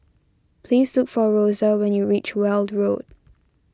please look for Rosa when you reach Weld Road